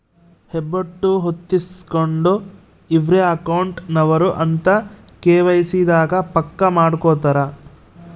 ಹೆಬ್ಬೆಟ್ಟು ಹೊತ್ತಿಸ್ಕೆಂಡು ಇವ್ರೆ ಅಕೌಂಟ್ ನವರು ಅಂತ ಕೆ.ವೈ.ಸಿ ದಾಗ ಪಕ್ಕ ಮಾಡ್ಕೊತರ